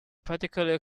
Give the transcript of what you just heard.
particular